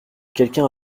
quelqu’un